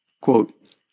Quote